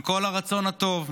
עם כל הרצון הטוב,